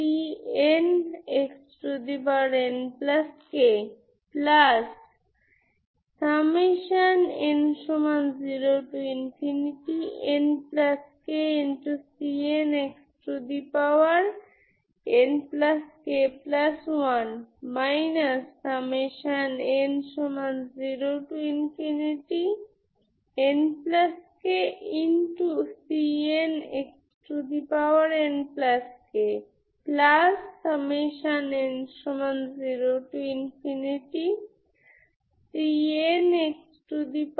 সুতরাং এটি কেবল কন্সট্যান্ট যা আপনি আগের কেস থেকে দেখতে পারেন যখন n4n22b a2 এবং যখন আমি n 0 রাখি যদি আমি এখানে 0 অন্তর্ভুক্ত করি λ হল 0 এটি 2nd কেস